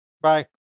Bye